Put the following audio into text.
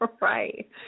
Right